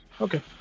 Okay